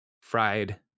fried